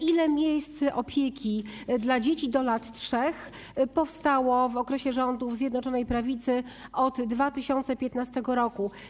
Ile miejsc opieki nad dziećmi do lat 3 powstało w okresie rządów Zjednoczonej Prawicy, od 2015 r.